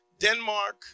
Denmark